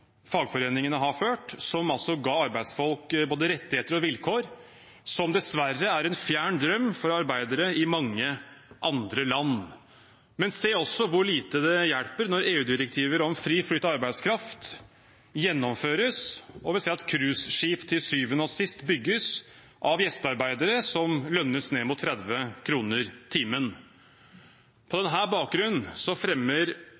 fagforeningene har ført, som altså ga arbeidsfolk både rettigheter og vilkår, noe som dessverre er en fjern drøm for arbeidere i mange andre land. Men se også hvor lite det hjelper når EU-direktiver om fri flyt av arbeidskraft gjennomføres og vi ser at cruiseskip til syvende og sist bygges av gjestearbeidere som lønnes ned mot 30 kr i timen. På denne bakgrunnen fremmer